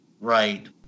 Right